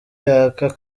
y’aka